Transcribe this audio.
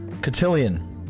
Cotillion